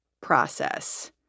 process